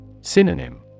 Synonym